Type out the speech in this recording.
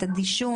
את הדישון?